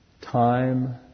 time